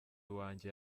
wanjye